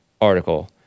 article